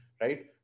right